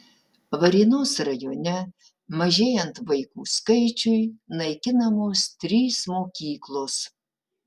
varėnos rajone mažėjant vaikų skaičiui naikinamos trys mokyklos